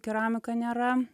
keramika nėra